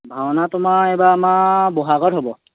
ভাওনা তোমাৰ এইবাৰ আমাৰ ব'হাগত হ'ব